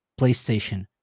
PlayStation